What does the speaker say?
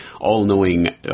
all-knowing